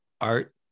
art